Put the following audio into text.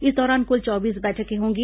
इस दौरान कुल चौबीस बैठकें होंगी